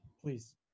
please